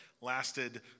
lasted